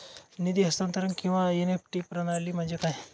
निधी हस्तांतरण किंवा एन.ई.एफ.टी प्रणाली म्हणजे काय?